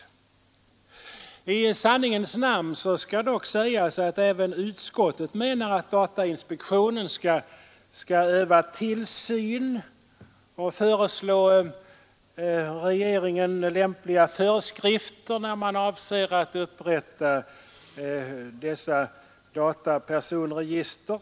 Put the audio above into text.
I sanningens namn skall dock sägas att även utskottet menar att datainspektionen skall öva tillsyn och föreslå regeringen lämpliga föreskrifter när man avser att upprätta datapersonregister.